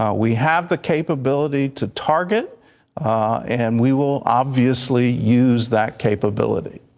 um we have the capability to target and we will obviously use that capability.